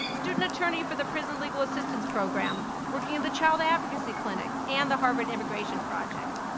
student attorney for the prison legal assistance program, working in the child advocacy clinic, and the harvard immigration project.